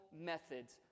methods